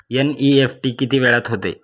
NEFT किती वेळात होते?